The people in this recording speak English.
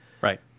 Right